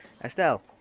Estelle